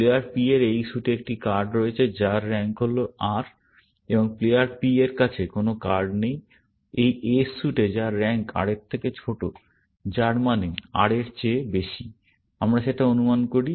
player P এর এই স্যুটে একটি কার্ড রয়েছে যার র্যাঙ্ক হল R এবং প্লেয়ার P এর কাছে কোনও কার্ড নেই এই s স্যুটে যার র্যাঙ্ক R এর থেকে ছোট যার মানে R এর চেয়ে বেশি আমরা সেটা অনুমান করি